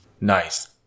Nice